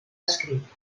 escrit